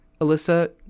Alyssa